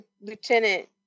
Lieutenant